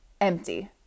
empty